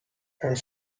and